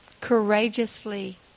courageously